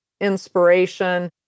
inspiration